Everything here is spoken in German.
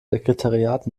sekretariat